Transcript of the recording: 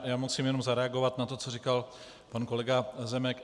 Já musím jenom zareagovat na to, co říkal pan kolega Zemek.